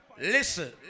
listen